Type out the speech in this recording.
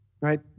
right